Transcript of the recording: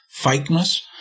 fakeness